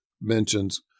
mentions